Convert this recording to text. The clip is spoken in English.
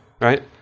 right